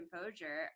composure